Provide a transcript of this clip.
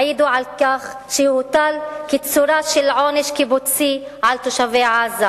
העידו על כך שהוא הוטל כצורה של עונש קיבוצי על תושבי עזה,